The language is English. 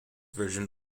version